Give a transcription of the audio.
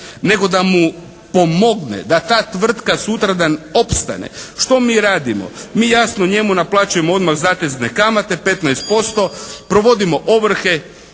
nego da mu pomogne, da ta tvrtka sutradan opstane. Što mi radimo? Mi jasno njemu naplaćujemo odmah zatezne kamate 15%, provodimo ovrhe